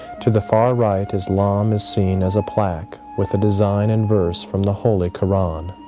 to the far right islam is seen as a plaque with a design and verse from the holy koran,